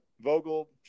Vogel